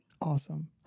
awesome